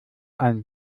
ein